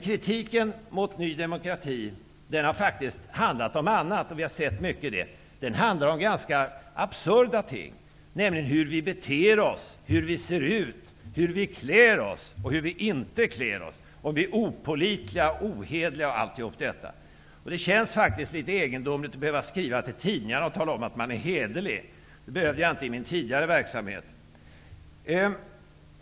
Kritiken mot Ny demokrati har faktiskt handlat om annat, och det har vi sett många exempel på. Den har handlat om ganska absurda ting, nämligen om hur vi beter oss, om hur vi ser ut, om hur vi klär oss och hur vi inte klär oss och om att vi är opålitliga och ohederliga. Det känns faktiskt litet egendomligt att man skall behöva skriva till tidningarna och tala om att man är hederlig. Det behövde jag inte i min tidigare verksamhet.